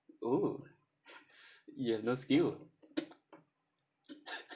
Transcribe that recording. oh you have no skill